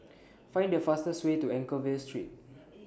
Find The fastest Way to Anchorvale Street